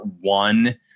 one